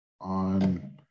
on